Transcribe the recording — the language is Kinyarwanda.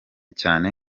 cyane